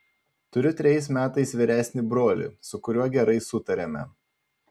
turiu trejais metais vyresnį brolį su kuriuo gerai sutariame